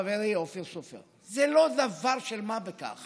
חברי אופיר סופר: זה לא דבר של מה בכך